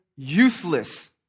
useless